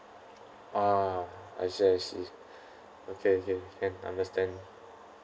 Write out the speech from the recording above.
ah I see see okay okay can understand